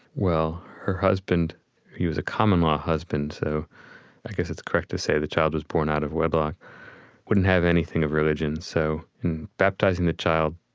well, her husband he was a common law husband, so i guess it's correct to say the child was born out of wedlock wouldn't have anything religion, so baptizing the child,